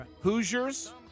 Hoosiers